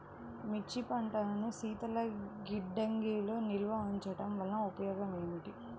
మిర్చి పంటను శీతల గిడ్డంగిలో నిల్వ ఉంచటం వలన ఉపయోగం ఏమిటి?